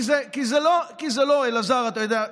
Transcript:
כי זה לא, אלעזר, אתה יודע,